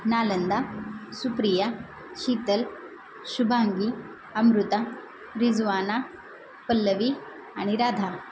नालंदा सुप्रिया शीतल शुभांगी अमृता रिजवाना पल्लवी आणि राधा